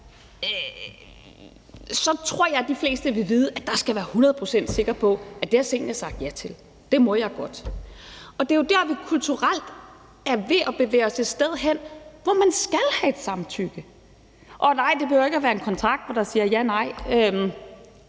tror jeg, de fleste vil vide, at vedkommende skal være hundrede procent sikker på, at det har Zenia sagt ja til, at det må de godt. Det er jo der, vi kulturelt er ved at bevæge os et sted hen, hvor man skal have et samtykke. Og nej, det behøver ikke at være en kontrakt, hvor der står: Ja